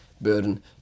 burden